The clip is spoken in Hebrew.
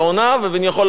אפשר גם לראות את זה,